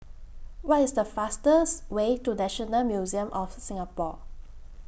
What IS The fastest Way to National Museum of Singapore